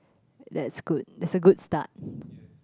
that's good that's a good start